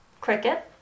cricket